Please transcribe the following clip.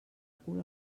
cul